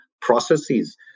processes